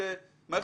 וכששר